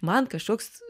man kažkoks